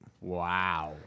Wow